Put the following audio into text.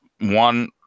one